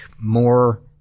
more